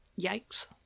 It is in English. Yikes